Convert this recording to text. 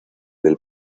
del